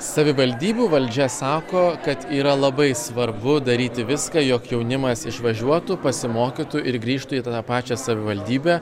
savivaldybių valdžia sako kad yra labai svarbu daryti viską jog jaunimas išvažiuotų pasimokytų ir grįžtų į tą pačią savivaldybę